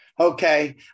Okay